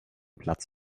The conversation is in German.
platz